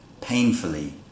painfully